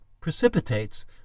precipitates